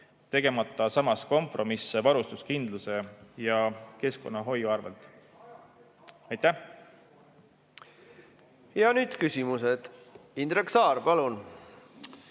tegemata seejuures kompromisse varustuskindluse ja keskkonnahoiu arvel. Aitäh! Ja nüüd küsimused. Indrek Saar, palun!